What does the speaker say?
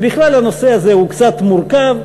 ובכלל הנושא הזה הוא קצת מורכב,